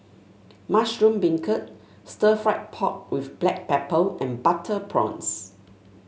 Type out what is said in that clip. Mushroom Beancurd Stir Fried Pork with Black Pepper and Butter Prawns